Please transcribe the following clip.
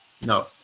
No